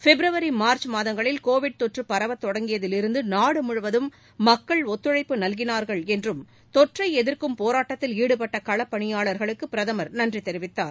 பிப்ரவரி March மாதங்களில் Covid தொற்றுபரவத் தொடங்கியதிலிருந்துநாடுமுழுவதும் மக்கள் ஒத்துழைப்பு நல்கினார்கள் என்றம் தொற்றைஎதிர்க்கும் போராட்டத்தில் ஈடுபட்டகளப்பணியாளர்களுக்குபிரதமர் நன்றிதெரிவித்தார்